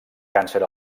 càncer